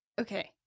Okay